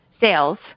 sales